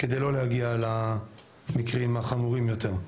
כדי לא להגיע למקרים החמורים יותר.